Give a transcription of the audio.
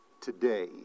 today